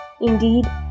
Indeed